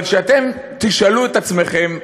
אבל כשאתם תשאלו את עצמכם,